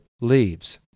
leaves